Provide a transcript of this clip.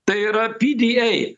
tai yra pda